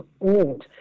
old